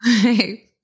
Hey